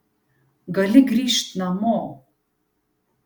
gali grįžt namo